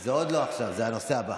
זה עוד לא עכשיו, זה הנושא הבא.